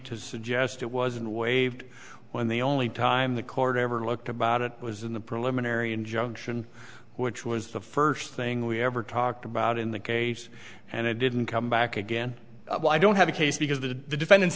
to suggest it wasn't waived when the only time the court ever looked about it was in the preliminary injunction which was the first thing we ever talked about in the case and it didn't come back again i don't have a case because the defendant